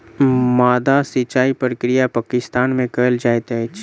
माद्दा सिचाई प्रक्रिया पाकिस्तान में कयल जाइत अछि